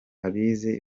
abize